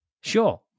Sure